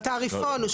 בתעריפון.